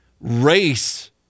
race